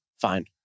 fine